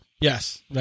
Yes